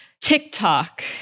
TikTok